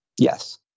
Yes